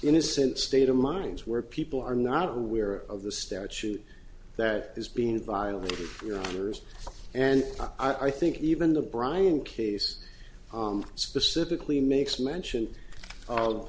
innocent state of mind where people are not aware of the statute that is being violated you know yours and i think even the bryant case specifically makes mention